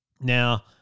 Now